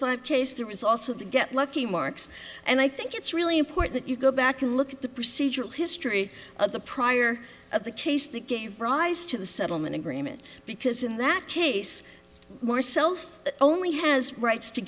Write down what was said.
five case the results of the get lucky marks and i think it's really important you go back and look at the procedural history of the prior of the case that gave rise to the settlement agreement because in that case more self only has rights to